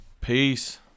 peace